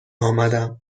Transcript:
آمدم